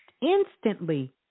instantly